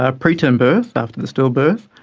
ah preterm birth after the stillbirth,